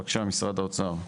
בבקשה משרד האוצר,